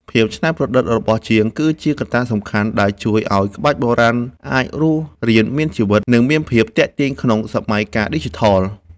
ភាពច្នៃប្រឌិតរបស់ជាង គឺជាកត្តាសំខាន់ដែលជួយឱ្យក្បាច់បុរាណអាចរស់រានមានជីវិត និងមានភាពទាក់ទាញក្នុងសម័យកាលឌីជីថល។